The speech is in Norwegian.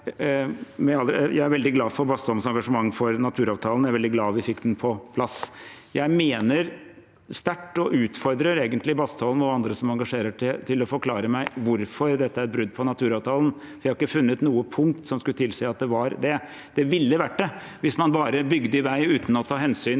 Jeg er veldig glad for Bastholms engasjement for naturavtalen. Jeg er veldig glad for at vi fikk den på plass. Jeg mener dette sterkt, og jeg utfordrer egentlig Bastholm og andre som engasjerer seg, til å forklare meg hvorfor dette er et brudd på naturavtalen, for jeg har ikke funnet noe punkt som skulle tilsi at det er det. Det ville vært det hvis man bare bygde vei uten å ta hensyn